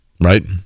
right